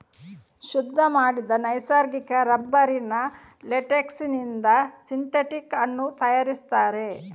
ಶುದ್ಧ ಮಾಡಿದ ನೈಸರ್ಗಿಕ ರಬ್ಬರಿನ ಲೇಟೆಕ್ಸಿನಿಂದ ಸಿಂಥೆಟಿಕ್ ಅನ್ನು ತಯಾರಿಸ್ತಾರೆ